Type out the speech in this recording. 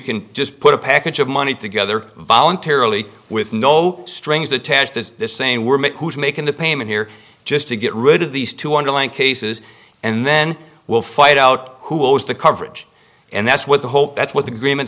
can just put a package of money together voluntarily with no strings attached as saying we're make who's making the payment here just to get rid of these two underlying cases and then we'll find out who was the coverage and that's what the hope that's what the greenman